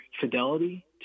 fidelity